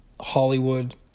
Hollywood